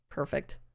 perfect